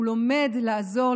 הוא לומד לעזור,